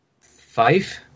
five